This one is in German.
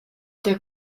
der